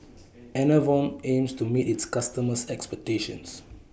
Enervon aims to meet its customers' expectations